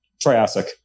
Triassic